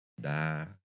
Die